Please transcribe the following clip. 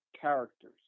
characters